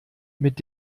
mit